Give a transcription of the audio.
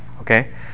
Okay